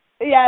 Yes